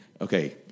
okay